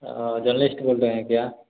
हाँ जर्नलिश्ट बोल रहे है क्या